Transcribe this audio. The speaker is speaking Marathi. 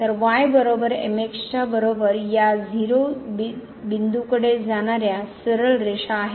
तर y बरोबर च्या बरोबर या 0 0 0 बिंदूकडे जाणाऱ्या सरळ रेषा आहेत